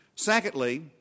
Secondly